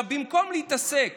במקום להתעסק